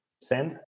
send